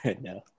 No